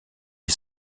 les